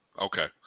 Okay